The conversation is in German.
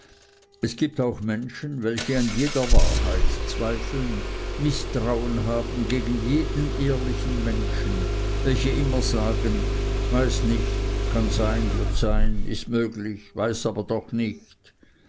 es gibt auch menschen welche an jeder wahrheit zweifeln mißtrauen haben gegen jeden ehrlichen menschen welche immer sagen weiß nicht kann sein wird sein ist möglich weiß aber doch nicht